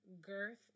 girth